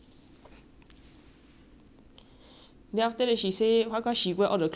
then after that she say how come she wear all the clothes she look fat then I look skinny just like ha